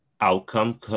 outcome